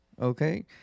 Okay